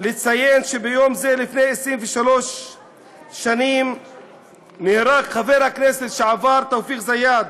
לציין שביום זה לפני 23 שנים נהרג חבר הכנסת לשעבר תאופיק זיאד,